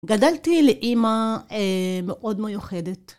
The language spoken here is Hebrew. גדלתי לאימא מאוד מיוחדת.